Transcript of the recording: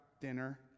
dinner